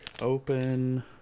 open